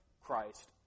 Christ